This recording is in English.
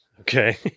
okay